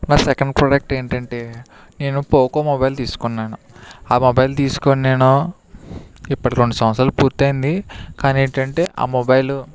మా second product ఏంటంటే నేను పోకో మొబైల్ తీసుకున్నాను ఆ మొబైల్ తీసుకొని నేను ఇప్పటి రెండు సంవత్సరాలు పూర్తయింది కానీ ఏంటంటే ఆ మొబైల్